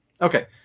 Okay